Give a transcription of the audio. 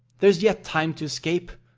there is yet time to escape.